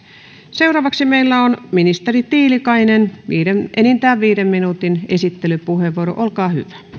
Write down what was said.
seuraavaksi meillä on ministeri tiilikainen enintään viiden minuutin esittelypuheenvuoro olkaa